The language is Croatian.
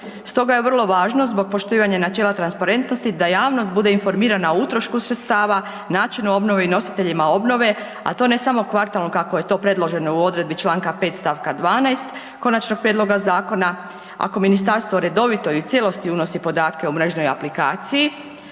Stoga je vrlo važno zbog poštivanja načela transparentnosti da javnost bude informirana o utrošku sredstava, načinu obnove i nositeljima obnove, a to ne samo kvartalno kako je to predloženo u odredbi čl. 5. st. 12. konačnog prijedloga zakona, ako ministarstvo redovito i u cijelosti unosi podatke o mrežnoj aplikaciji